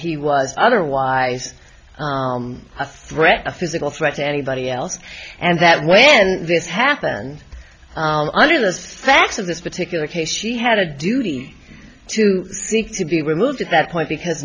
he was otherwise a threat a physical threat to anybody else and that when this happened under those facts of this particular case she had a duty to seek to be removed at that point because